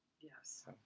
Yes